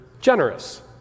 generous